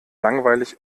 langweilig